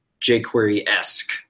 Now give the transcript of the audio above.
jQuery-esque